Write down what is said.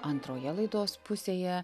antroje laidos pusėje